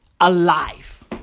alive